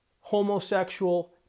homosexual